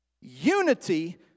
Unity